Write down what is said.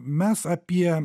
mes apie